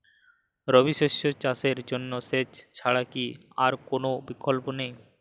রবি শস্য চাষের জন্য সেচ ছাড়া কি আর কোন বিকল্প নেই?